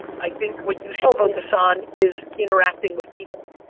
i think what you should focus on is interacting with people.